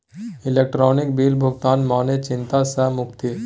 electronic bill भुगतान मने चिंता सँ मुक्ति